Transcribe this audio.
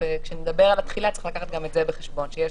כשנדבר על התחילה צריך לקחת בחשבון שיש